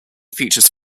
features